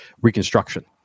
Reconstruction